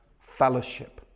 fellowship